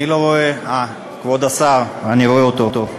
אני לא רואה, כבוד השר, אני רואה אותו.